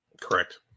correct